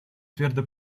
твердо